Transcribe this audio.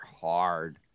hard